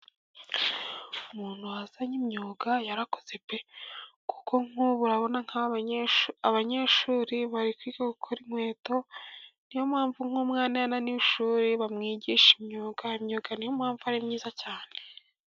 Umuntu wazanye imyuga yarakoze pe! kuko nku'ubu urabona nk'aba banyeshuri, abanyeshuri bari kwiga gukora inkweto, niyo mpamvu nk'umwana iyo ananiwe ishuri bamwigisha imyuga, imyuga niyo mpamvu ari myiza cyane.